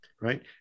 right